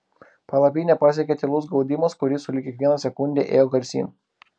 palapinę pasiekė tylus gaudimas kuris sulig kiekviena sekunde ėjo garsyn